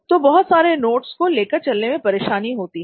तो बहुत सारे नोट्स को लेकर चलने में परेशानी होती है